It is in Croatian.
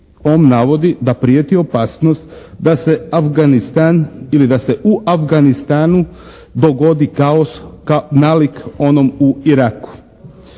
on navodi da prijeti opasnost da se Afganistan ili da se u Afganistanu dogodi kaos nalik onom u Iraku.